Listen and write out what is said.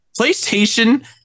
PlayStation